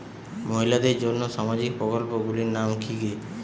মহিলাদের জন্য সামাজিক প্রকল্প গুলির নাম কি কি?